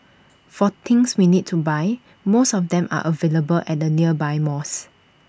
for things we need to buy most of them are available at the nearby malls